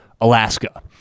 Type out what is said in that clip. Alaska